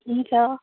हुन्छ